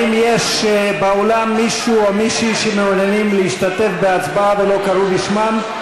האם יש באולם מישהו או מישהי שמעוניינים להשתתף בהצבעה ולא קראו בשמם?